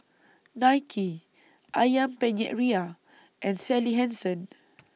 Nike Ayam Penyet Ria and Sally Hansen